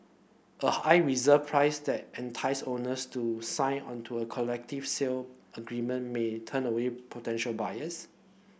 a high reserve price that entices owners to sign onto a collective sale agreement may turn away potential buyers